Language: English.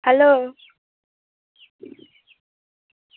hello